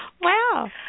Wow